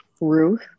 Ruth